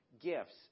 gifts